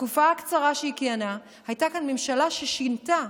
בתקופה הקצרה שהיא כיהנה הייתה כאן ממשלה ששינתה,